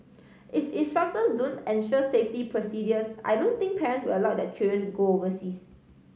if don't ensure safety procedures I don't think parents will allow their children to go overseas